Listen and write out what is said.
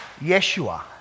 Yeshua